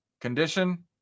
Condition